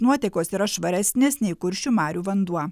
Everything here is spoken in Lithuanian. nuotekos yra švaresnės nei kuršių marių vanduo